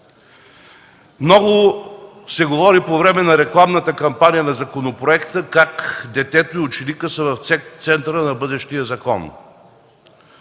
Много се говорú по време на рекламната кампания на законопроекта как детето и ученикът са в центъра на бъдещия закон.